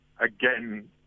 again